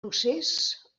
procés